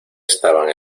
estaban